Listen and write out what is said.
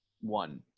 One